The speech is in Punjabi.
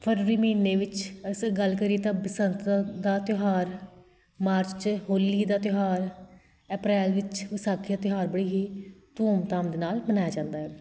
ਫਰਵਰੀ ਮਹੀਨੇ ਵਿੱਚ ਅਸੀਂ ਗੱਲ ਕਰੀਏ ਤਾਂ ਬਸੰਤ ਦਾ ਦਾ ਤਿਉਹਾਰ ਮਾਰਚ 'ਚ ਹੋਲੀ ਦਾ ਤਿਉਹਾਰ ਅਪ੍ਰੈਲ ਵਿੱਚ ਵਿਸਾਖੀ ਦਾ ਤਿਉਹਾਰ ਬੜੀ ਹੀ ਧੂਮਧਾਮ ਦੇ ਨਾਲ਼ ਮਨਾਇਆ ਜਾਂਦਾ ਹੈ